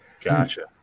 Gotcha